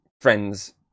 friends